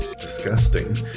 disgusting